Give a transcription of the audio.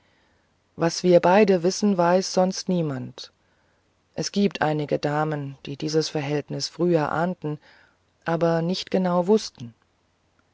was wir beide wissen weiß sonst niemand es gibt einige damen die dieses verhältnis früher ahnten aber nicht genau wußten